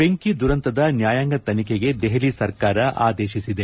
ಬೆಂಕಿ ದುರಂತ ಪ್ರಕರಣದ ನ್ಯಾಯಾಂಗ ತನಿಖೆಗೆ ದೆಹಲಿ ಸರ್ಕಾರ ಆದೇಶಿಸಿದೆ